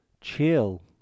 chill